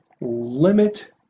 limit